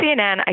CNN